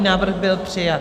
Návrh byl přijat.